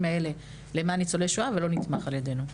האלו למען ניצולי שואה ולא נתמך על ידינו.